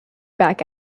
back